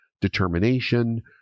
determination